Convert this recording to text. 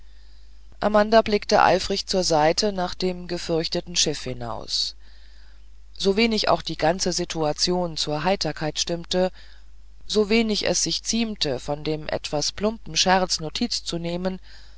amanda blickte eifrig zur seite nach dem gefürchteten schiff hinaus sowenig auch die ganze situation zur heiterkeit stimmte und sowenig es sich ziemte von dem etwas plumpen scherz notiz zu nehmen